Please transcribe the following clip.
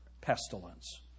Pestilence